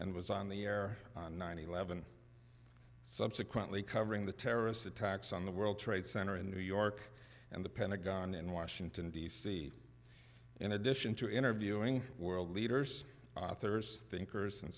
and was on the air on nine hundred and eleven subsequently covering the terrorist attacks on the world trade center in new york and the pentagon in washington d c in addition to interviewing world leaders authors thinkers and